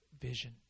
vision